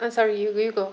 I'm sorry where you you